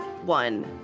one